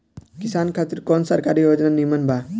किसान खातिर कवन सरकारी योजना नीमन बा?